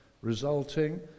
resulting